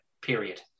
period